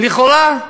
לכאורה,